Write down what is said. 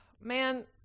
man